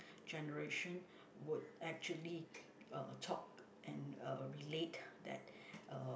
generation would actually uh talk and uh relate that uh